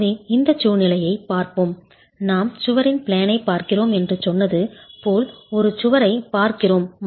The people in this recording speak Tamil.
எனவே இந்த சூழ்நிலையைப் பார்ப்போம் நாம் சுவரின் பிளேனைப் பார்க்கிறோம் என்று சொன்னது போல் ஒரு சுவரைப் பார்க்கிறோம்